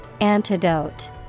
Antidote